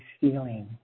feeling